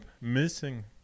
missing